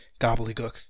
gobbledygook